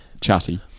chatty